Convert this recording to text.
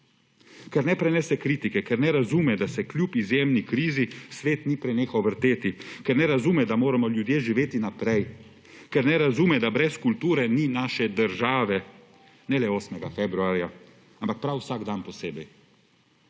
ker ne prenese kritike, ker ne razume, da se kljub izjemni krizi svet ni prenehal vrteti, ker ne razume, da moramo ljudje živeti naprej, ker ne razume, da brez kulture ni naše države ne le 8. februarja, ampak prav vsak dan posebej.